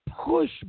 push